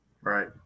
Right